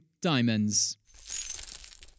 diamonds